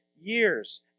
years